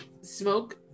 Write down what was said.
smoke